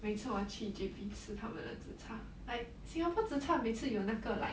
每次我去 J_B 吃他们的 zi char like singapore zi char 每次有那个 like